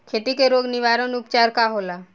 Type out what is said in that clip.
खेती के रोग निवारण उपचार का होला?